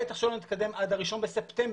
בטח שלא נתקדם עד ה-1 לספטמבר,